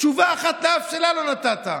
תשובה אחת לשאלה לא נתת.